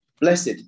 blessed